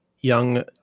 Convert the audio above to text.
young